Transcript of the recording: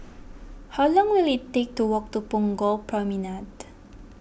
how long will it take to walk to Punggol Promenade